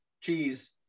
cheese